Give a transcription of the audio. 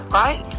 right